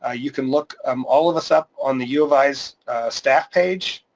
ah you can look um all of us up on the u of i's staff page,